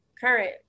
current